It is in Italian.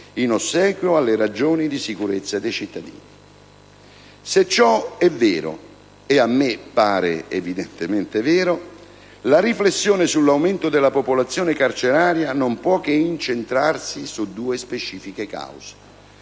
in ossequio alle ragioni di sicurezza dei cittadini. Se ciò è vero, e a me pare evidentemente vero, la riflessione sull'aumento della popolazione carceraria non può che incentrarsi su due specifiche cause: